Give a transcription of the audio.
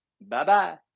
Bye-bye